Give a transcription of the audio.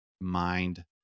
mind